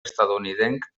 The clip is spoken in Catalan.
estatunidenc